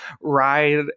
ride